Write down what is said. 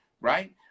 right